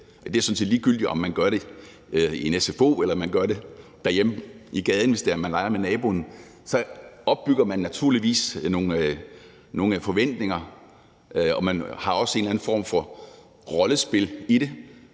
Det er sådan set ligegyldigt, om man gør det i en sfo, eller man gør det derhjemme på gaden, hvis man leger med naboen, for så opbygger man naturligvis nogle forventninger, og man har også en eller anden form for rollespil i det.